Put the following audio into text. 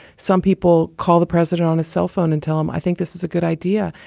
some people call the president on his cell phone and tell him, i think this is a good idea.